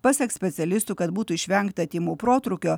pasak specialistų kad būtų išvengta tymų protrūkio